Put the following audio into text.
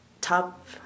top